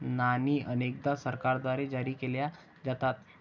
नाणी अनेकदा सरकारद्वारे जारी केल्या जातात